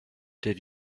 did